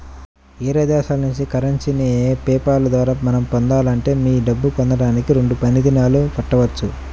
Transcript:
వేరే దేశాల నుంచి కరెన్సీని పే పాల్ ద్వారా మనం పొందాలంటే మీ డబ్బు పొందడానికి రెండు పని దినాలు పట్టవచ్చు